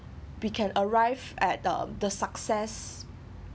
we can arrive at the the success